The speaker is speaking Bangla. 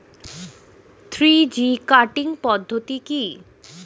থ্রি জি কাটিং পদ্ধতি কি?